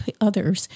others